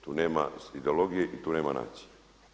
Tu nema ideologije i tu nema nacije.